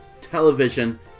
television